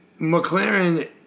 McLaren